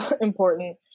important